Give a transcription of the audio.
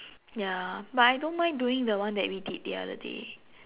ya but I don't mind doing the one that we did the other day